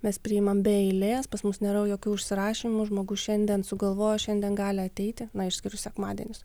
mes priimam be eilės pas mus nėra jokių užsirašymų žmogus šiandien sugalvojo šiandien gali ateiti na išskyrus sekmadienius